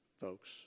folks